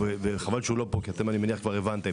וחבל שהוא לפה אני מניח שאתם כבר הבנתם